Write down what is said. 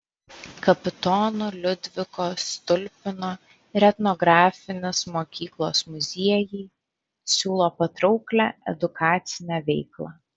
kapitono liudviko stulpino ir etnografinis mokyklos muziejai siūlo patrauklią edukacinę veiklą